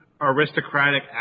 aristocratic